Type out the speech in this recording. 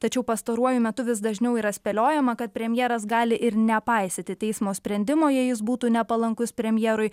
tačiau pastaruoju metu vis dažniau yra spėliojama kad premjeras gali ir nepaisyti teismo sprendimo jei jis būtų nepalankus premjerui